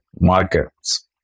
markets